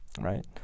right